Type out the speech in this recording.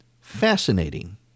Fascinating